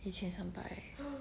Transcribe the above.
一千三百 well